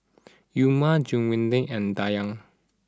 Umar Juwita and Dayang